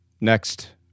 next